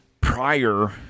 Prior